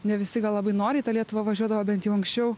ne visi gal labai noriai į tą lietuvą važiuodavo bent jau anksčiau